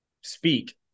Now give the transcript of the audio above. speak